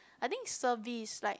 I think service like